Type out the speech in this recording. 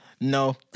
No